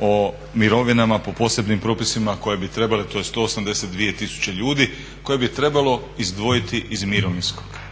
o mirovinama po posebnim propisima koje bi trebale. To je 182000 ljudi koje bi trebalo izdvojiti iz mirovinskog.